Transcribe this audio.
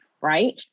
Right